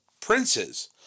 princes